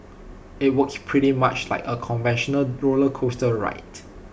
IT works pretty much like A conventional roller coaster ride